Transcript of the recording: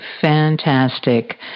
fantastic